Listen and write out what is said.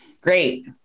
Great